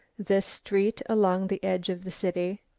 this street along the edge of the city.